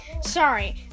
sorry